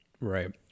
Right